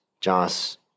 Joss